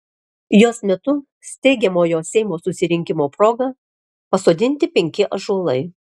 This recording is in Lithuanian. jos metu steigiamojo seimo susirinkimo proga pasodinti penki ąžuolai